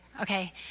Okay